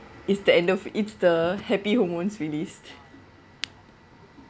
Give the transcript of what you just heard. it's the end of it's the happy hormones released